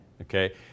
Okay